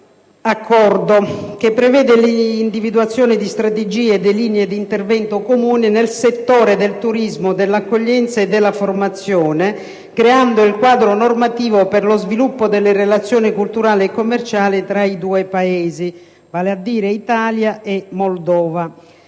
L'Accordo prevede l'individuazione di strategie e di linee di intervento comuni nel settore del turismo, dell'accoglienza e della formazione, creando il quadro normativo per lo sviluppo delle relazioni culturali e commerciali tra i due Paesi. Le